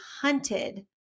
hunted